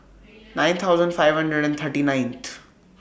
nine thousand five hundred and thirty nineth